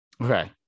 Okay